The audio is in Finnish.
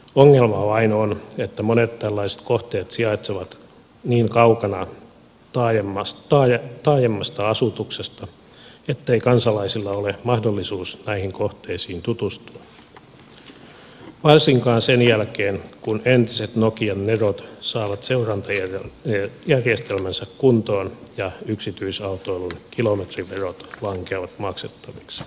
ongelma vain on että monet tällaiset kohteet sijaitsevat niin kaukana taajemmasta asutuksesta ettei kansalaisilla ole mahdollisuus näihin kohteisiin tutustua varsinkaan sen jälkeen kun entiset nokian nerot saavat seurantajärjestelmänsä kuntoon ja yksityisautoilun kilometriverot lankeavat maksettaviksi